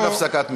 אין הפסקת מנחה.